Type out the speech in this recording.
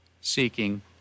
Seeking